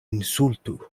insultu